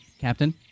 Captain